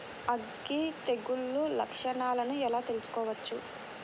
అగ్గి తెగులు లక్షణాలను ఎలా తెలుసుకోవచ్చు?